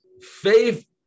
Faith